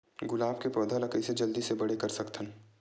गुलाब के पौधा ल कइसे जल्दी से बड़े कर सकथन?